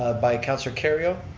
by councillor kerrio?